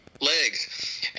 legs